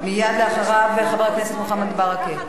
מייד אחריו, חבר הכנסת מוחמד ברכה.